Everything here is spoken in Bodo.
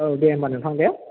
औ दे होनबा नोंथां दे